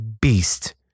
beast